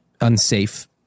unsafe